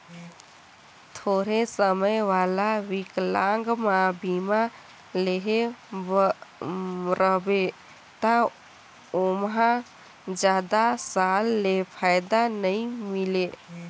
थोरहें समय वाला विकलांगमा बीमा लेहे रहबे त ओमहा जादा साल ले फायदा नई मिले